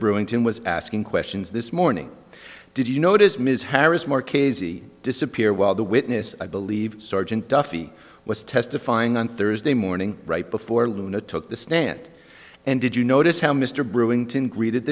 brewington was asking questions this morning did you notice ms harris more kids disappear while the witness i believe sergeant duffy was testifying on thursday morning right before luna took the stand and did you notice how mr brewington greeted